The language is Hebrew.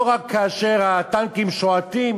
לא רק כאשר הטנקים שועטים